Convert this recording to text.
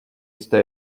jste